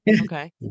Okay